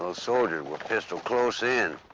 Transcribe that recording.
those soldiers were pistoled close in.